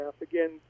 again